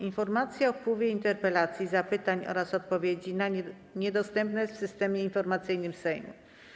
Informacja o wpływie interpelacji, zapytań oraz odpowiedzi na nie dostępna jest w Systemie Informacyjnym Sejmu.